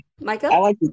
Michael